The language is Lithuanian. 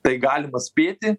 tai galima spėti